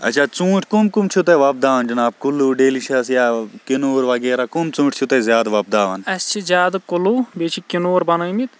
اسہِ چھِ زیادٕ کُلو بیٚیہ چھِ کِنور بَنٲیمٕتۍ